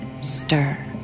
stir